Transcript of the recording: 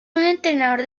entrenador